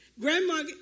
Grandma